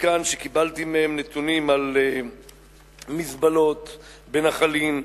קיבלתי מהם נתונים על מזבלות בנחלים,